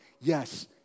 Yes